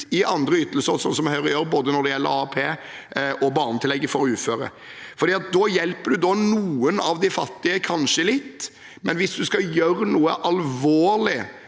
i andre ytelser, som Høyre gjør, både når det gjelder AAP, og når det gjelder barnetillegget for uføre. Da hjelper en noen av de fattige kanskje litt, men hvis en skal gjøre noe alvorlig